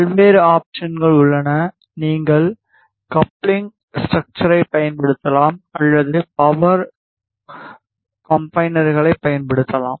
பல்வேறு ஆப்ஷன்கள் உள்ளன நீங்கள் கப்ளிங் ஸ்ட்ரக்ச்சரைப் பயன்படுத்தலாம் அல்லது பவர் கம்பைனர்களைப் பயன்படுத்தலாம்